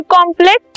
Complex